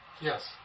Yes